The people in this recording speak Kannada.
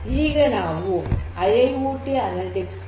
ಈಗ ನಾವು I I O T analytics ಬಗ್ಗೆ ಮಾತನಾಡೋಣ